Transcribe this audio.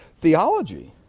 theology